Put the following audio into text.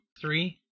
Three